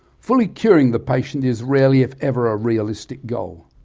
fully curing the patient is rarely if ever a realistic goal.